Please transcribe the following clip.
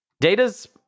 data's